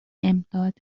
امداد